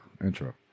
intro